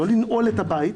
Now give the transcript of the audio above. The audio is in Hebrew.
לא לנעול את הבית.